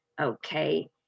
Okay